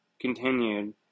continued